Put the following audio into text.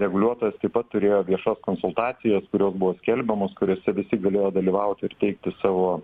reguliuotojas taip pat turėjo viešas konsultacijas kurios buvo skelbiamos kuriose visi galėjo dalyvauti ir teikti savo